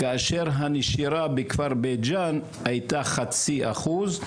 כאשר הנשירה בכפר בית ג'אן היתה חצי אחוז,